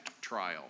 trial